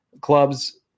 clubs